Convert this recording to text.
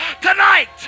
tonight